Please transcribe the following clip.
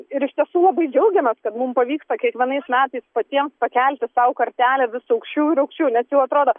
ir iš tiesų labai džiaugiamės kad mum pavyksta kiekvienais metais patiem pakelti sau kartelę vis aukščiau ir aukščiau nes jau atrodo